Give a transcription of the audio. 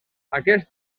aquest